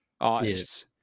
artists